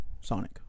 Sonic